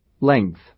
Length